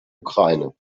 ukraine